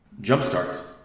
Jumpstart